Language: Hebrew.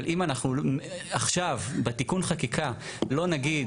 אבל אם אנחנו עכשיו בתיקון החקיקה לא נגיד